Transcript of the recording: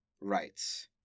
rights